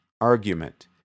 argument